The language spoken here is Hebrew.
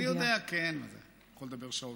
כן, אני יודע, אני יכול לדבר שעות.